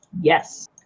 Yes